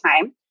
time